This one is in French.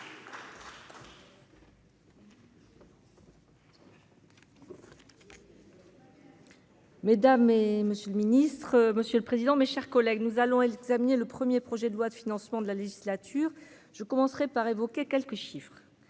Mesdames et monsieur le ministre, monsieur le président, mes chers collègues, nous allons examiner le premier projet de loi de financement de la législature, je commencerai par évoquer quelques chiffres